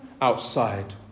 outside